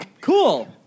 Cool